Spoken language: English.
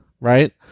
right